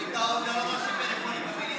תגיד להם להפסיק את הסלפי במליאה.